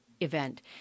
event